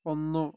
ഒന്ന്